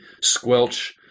squelch